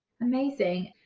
Amazing